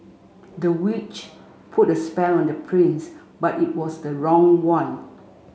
the witch put a spell on the prince but it was the wrong one